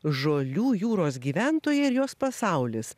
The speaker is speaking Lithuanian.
žolių jūros gyventojai ir jos pasaulis